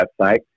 website